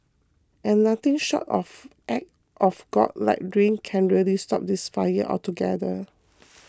and nothing short of act of God like rain can really stop this fire altogether